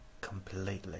completely